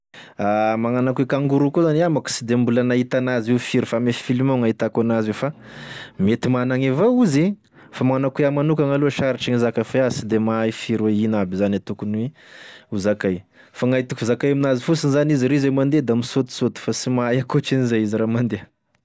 Magnano akoa e kangoroa koa zany iaho manko sy de mbola nahita an'azy io firy fa ame filmagnao gnahitako en'azy io fa mety managny evao izy, fa magnano akoa iaho manokagna aloha sarotry gn'izaka fa iaho sy de mahay firy hoe ino aby zany tokony hozakay, fa gny hitako zakay amin'azy fosiny zany izy ra izy e mandeha da misaotisaoty fa sy mahay ankotrin' izay izy raha mandeha.